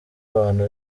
abantu